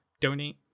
donate